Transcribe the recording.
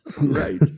right